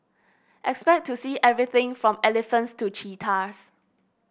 expect to see everything from elephants to cheetahs